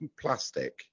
plastic